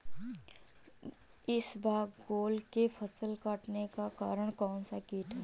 इसबगोल की फसल के कटने का कारण कौनसा कीट है?